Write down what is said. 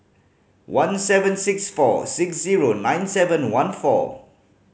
one seven six four six zero nine seven one four